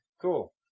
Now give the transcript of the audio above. cool